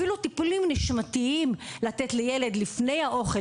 אפילו לתת לילד טיפולים נשימתיים לפני האוכל